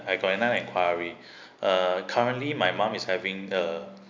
I got another enquiry uh currently my mum is having the